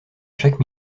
chaque